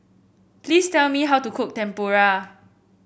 please tell me how to cook Tempura